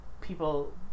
people